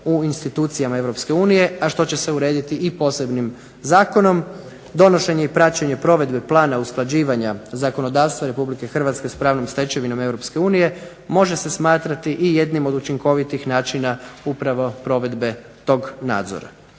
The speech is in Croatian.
u institucijama Europske unije, a što će se urediti i posebnim zakonom. Donošenje i praćenje provedbe plana usklađivanja zakonodavstva Republike Hrvatske s pravnom stečevinom Europske unije može se smatrati i jednim od učinkovitih načina upravo provedbe tog nadzora.